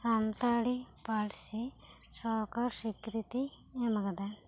ᱥᱟᱱᱛᱟᱲᱤ ᱯᱟᱹᱨᱥᱤ ᱥᱚᱨᱠᱟᱨ ᱥᱤᱠᱨᱤᱛᱤ ᱮᱢ ᱟᱠᱟᱫᱟᱭ